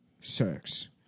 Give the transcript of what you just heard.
sex